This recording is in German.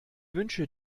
wünsche